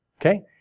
Okay